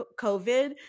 COVID